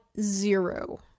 zero